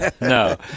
no